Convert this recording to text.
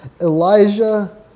Elijah